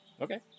Okay